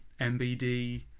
MBD